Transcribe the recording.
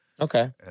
Okay